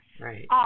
Right